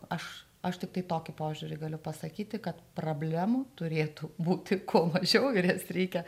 aš aš tiktai tokį požiūrį galiu pasakyti kad problemų turėtų būti kuo mažiau ir jas reikia